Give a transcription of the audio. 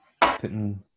putting